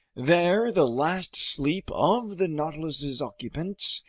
there the last sleep of the nautilus's occupants,